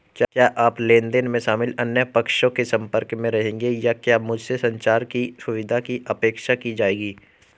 क्या आप लेन देन में शामिल अन्य पक्षों के संपर्क में रहेंगे या क्या मुझसे संचार की सुविधा की अपेक्षा की जाएगी?